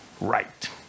right